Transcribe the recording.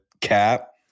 Cap